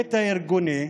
בהיבט הארגוני,